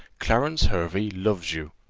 clarence hervey loves you.